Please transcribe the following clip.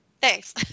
Thanks